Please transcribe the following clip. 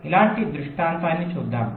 కాబట్టి ఇలాంటి దృష్టాంతాన్ని చూద్దాం